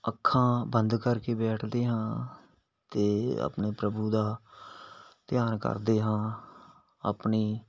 ਅੱਖਾਂ ਬੰਦ ਕਰਕੇ ਬੈਠਦੇ ਹਾਂ ਅਤੇ ਆਪਣੇ ਪ੍ਰਭੂ ਦਾ ਧਿਆਨ ਕਰਦੇ ਹਾਂ ਆਪਣੀ